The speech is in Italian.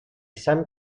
san